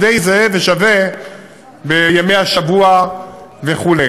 שהוא די זהה ושווה בימי השבוע וכו'.